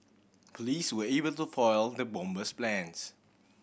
police were able to foil the bomber's plans